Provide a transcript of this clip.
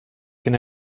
can